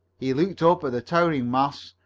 he looked up at the towering masts,